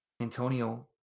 Antonio